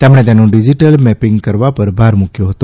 તેમણે તેનું digital mapping કરવા પર ભાર મૂક્યો હતો